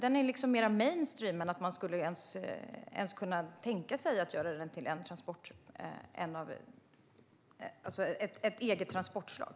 Den är liksom mer mainstream än att kunna tänka sig att göra den till ett eget transportslag.